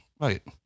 Right